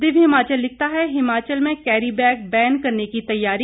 दिव्य हिमाचल लिखता है हिमाचल में कैरी बैग बैन करने की तैयारी